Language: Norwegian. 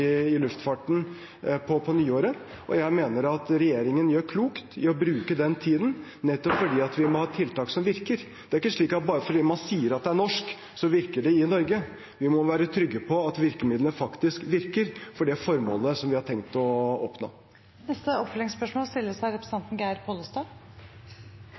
luftfarten på nyåret, og jeg mener at regjeringen gjør klokt i å bruke den tiden, nettopp fordi vi må ha tiltak som virker. Det er ikke slik at bare fordi man sier at det er norsk, så virker det i Norge. Vi må være trygge på at virkemidlene faktisk virker for det formålet som vi har tenkt å oppnå. Geir Pollestad – til oppfølgingsspørsmål.